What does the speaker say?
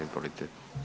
Izvolite.